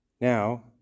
Now